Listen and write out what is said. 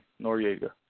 Noriega